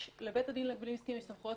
יש לבית הדין להגבלים עסקיים סמכויות